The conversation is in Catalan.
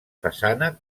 façana